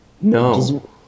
No